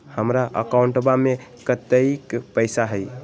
हमार अकाउंटवा में कतेइक पैसा हई?